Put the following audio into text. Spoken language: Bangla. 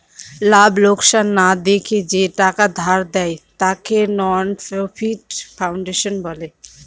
লাভ লোকসান না দেখে যে টাকা ধার দেয়, তাকে নন প্রফিট ফাউন্ডেশন বলে